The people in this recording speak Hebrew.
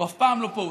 הוא אף פעם לא פה,